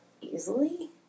easily